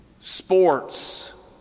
sports